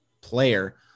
player